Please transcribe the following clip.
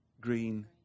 green